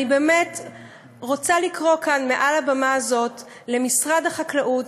אני רוצה לקרוא מעל הבמה הזאת למשרד החקלאות